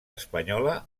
espanyola